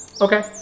Okay